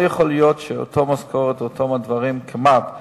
לא יכול להיות שאותה משכורת וכמעט אותם הדברים